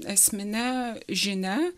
esmine žinia